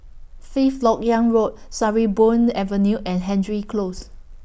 Fifth Lok Yang Road Sarimbun Avenue and Hendry Close